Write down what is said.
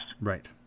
right